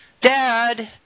Dad